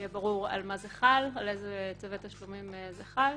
שיהיה ברור על איזה צווי תשלומים זה חל.